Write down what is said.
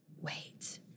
wait